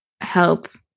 help